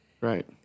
Right